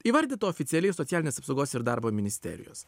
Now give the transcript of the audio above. įvardyta oficialiai socialinės apsaugos ir darbo ministerijos